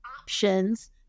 options